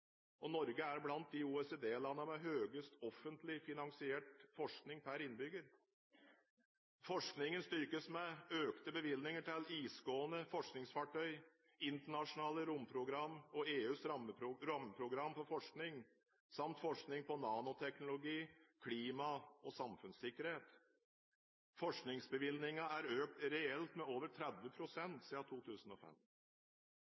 Norge er blant de OECD-landene med høyest offentlig finansiert forskning per innbygger. Forskningen styrkes med økte bevilgninger til isgående forskningsfartøy, internasjonale romprogram og EUs rammeprogram for forskning samt forskning på nanoteknologi, klima og samfunnssikkerhet. Forskningsbevilgningene er økt reelt med over 30